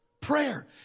Prayer